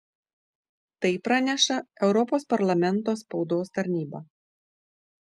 tai praneša europos parlamento spaudos tarnyba